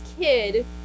kid